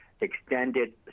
extended